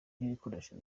n’ibikoresho